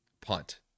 punt